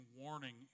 warning